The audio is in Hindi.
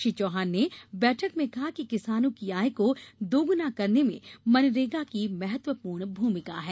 श्री चौहान ने बैठक में कहा कि किसानों की आय को दोगुना करने में मनरेगा की महत्वपूर्ण भूमिका है